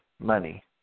money